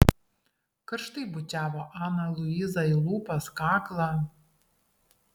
karštai bučiavo aną luizą į lūpas kaklą